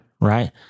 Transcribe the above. right